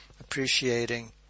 appreciating